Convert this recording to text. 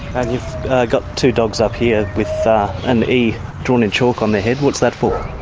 and you've got two dogs up here with an e drawn in chalk on their head. what's that for?